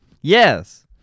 Yes